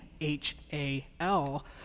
H-A-L